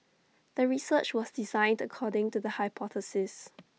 the research was designed according to the hypothesis